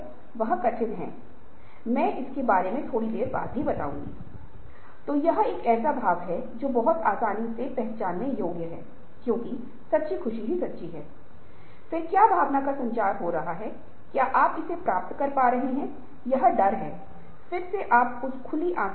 इसलिए प्रतिक्रिया के बाद पुन नियोजन करें क्योंकि जैसा कि आप पहले की योजना बना रहे हैं कि यह जिस तरह से नियोजन है जिससे परिवर्तन होगा उसी तरह से परिवर्तन नहीं होगा